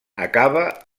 acaba